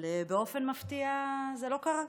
אבל באופן מפתיע זה לא קרה.